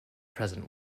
present